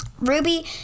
ruby